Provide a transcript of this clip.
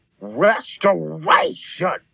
restoration